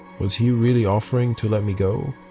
was he really offering to let me go?